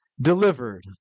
delivered